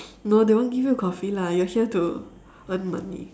no they won't give you coffee lah you're here to earn money